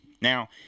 Now